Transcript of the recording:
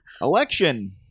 Election